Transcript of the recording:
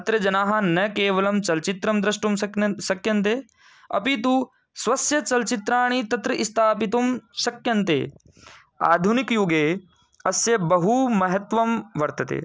तत्र जनाः न केवलं चलच्चित्रं द्रष्टुं सक्न् शक्यन्ते अपि तु स्वस्य चलच्चित्राणि तत्र स्थापितुं शक्यन्ते आधुनिकयुगे अस्य बहुमहत्त्वं वर्तते